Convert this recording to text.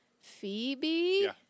Phoebe